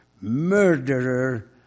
murderer